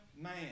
man